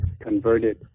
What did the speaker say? converted